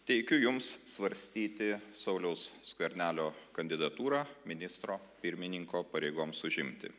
teikiu jums svarstyti sauliaus skvernelio kandidatūrą ministro pirmininko pareigoms užimti